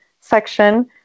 section